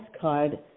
card